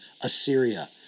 Assyria